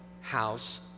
house